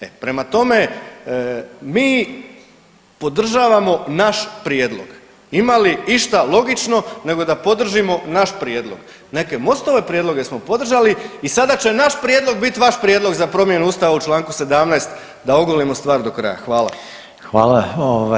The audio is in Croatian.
E prema tome mi podržavamo naš prijedlog, ima li išta logično nego da podržimo naš prijedlog, neke Mostove prijedloge smo podržali i sada će naš prijedlog bit vaš prijedlog za promjenu ustava u čl. 17. da ogolimo stvar do kraja, hvala.